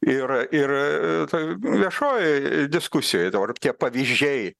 ir ir viešojoj diskusijoj dabar tie pavyzdžiai